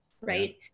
right